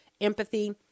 empathy